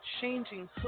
changing